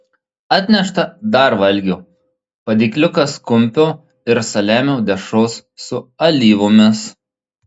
atnešta dar valgio padėkliukas kumpio ir saliamio dešros su alyvomis